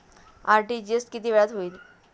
RTGS किती वेळात होईल?